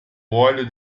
óleo